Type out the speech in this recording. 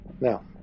now